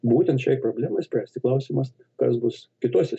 būtent šiai problemai spręsti klausimas kas bus kituose